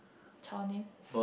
child name